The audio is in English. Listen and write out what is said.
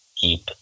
keep